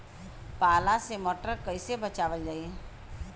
पाला से मटर कईसे बचावल जाई?